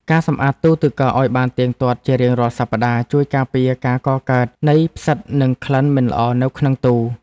ការសម្អាតទូរទឹកកកឱ្យបានទៀងទាត់ជារៀងរាល់សប្តាហ៍ ជួយការពារការកកើតនៃផ្សិតនិងក្លិនមិនល្អនៅក្នុងទូរ។